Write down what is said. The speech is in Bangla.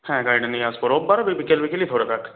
হ্যাঁ গাড়িটা নিয়ে আসব রোববারে তুই বিকেল বিকেলই ধরে রাখ